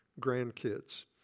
grandkids